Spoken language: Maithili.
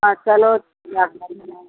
हँ चलथु